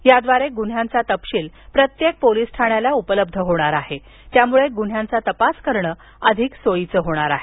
त्याद्वारे गुन्ह्यांचा तपशील प्रत्येक पोलिस ठण्याला उपलब्ध होणार आहे आणि त्यामुळे गुन्ह्यांचा तपास करणं सोयीचं होणार आहे